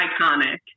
iconic